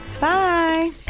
Bye